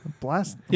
Blast